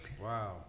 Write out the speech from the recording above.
Wow